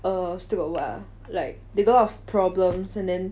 uh still got what ah like they got a lot of problems and then